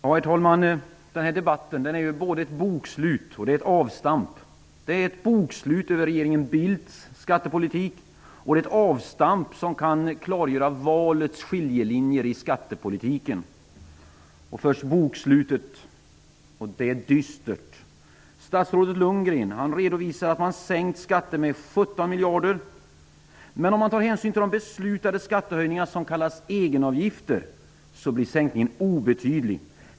Herr talman! Debatten är både ett bokslut och ett avstamp. Den är ett bokslut över regeringen Bildts skattepolitik och ett avstamp som kan klargöra valets skiljelinjer i skattepolitiken. Först bokslutet -- det är dystert. Statsrådet Lundgren redovisar att man har sänkt skatten med 17 miljarder kronor. Men om man tar hänsyn till de beslutade skattehöjningar som kallas egenavgifter blir sänkningen obetydlig.